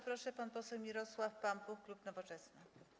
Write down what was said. Bardzo proszę, pan poseł Mirosław Pampuch, klub Nowoczesna.